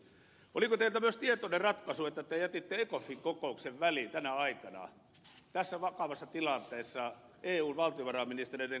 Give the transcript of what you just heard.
oliko teiltä myös tietoinen ratkaisu että te jätitte ecofin kokouksen väliin tänä aikana tässä vakavassa tilanteessa eun valtiovarainministereiden kokouksen